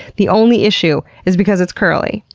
the only issue is because it's curly.